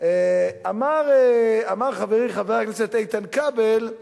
אמר חברי חבר הכנסת איתן כבל,